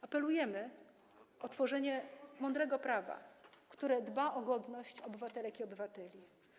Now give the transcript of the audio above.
Apelujemy o tworzenie mądrego prawa, które dba o godność obywatelek i obywateli.